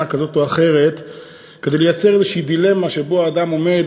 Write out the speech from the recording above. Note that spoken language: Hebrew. כזאת או אחרת כדי לייצר דילמה כלשהי שבה האדם אומר,